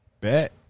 Bet